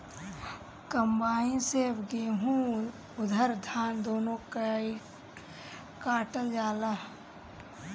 combine से अब गेहूं अउर धान दूनो काटल जाला